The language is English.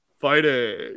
fighting